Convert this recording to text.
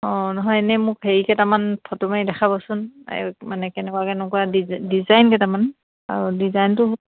অঁ নহয় এনেই মোক হেৰি কেইটামান ফটো মাৰি দেখাবচোন এই মানে কেনেকুৱা কেনেকুৱা ডিজ ডিজাইন কেইটামান আৰু ডিজাইনটো